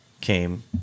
came